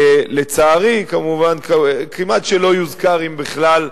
לצערי כמובן, כמעט לא יוזכר, אם בכלל,